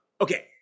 okay